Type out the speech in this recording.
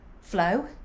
flow